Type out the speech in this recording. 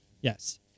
Yes